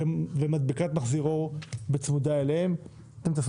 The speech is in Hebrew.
ומדבקת מחזיר אור בצמוד אליהן אתם תעשו